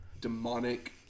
demonic